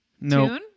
No